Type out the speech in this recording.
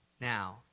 now